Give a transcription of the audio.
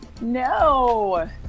No